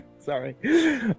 Sorry